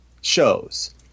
shows